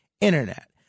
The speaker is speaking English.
Internet